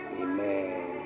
Amen